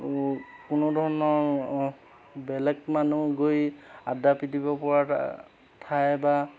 কোনো ধৰণৰ বেলেগ মানুহ গৈ আড্ডা পিটিব পৰা ঠাই বা